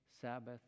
Sabbath